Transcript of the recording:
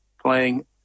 playing